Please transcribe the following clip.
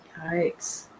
Yikes